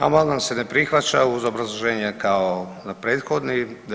Amandman se ne prihvaća uz obrazloženje kao na prethodni.